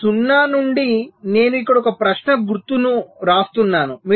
ఇది 0 నుండి నేను ఇక్కడ ఒక ప్రశ్న గుర్తును వ్రాస్తున్నాను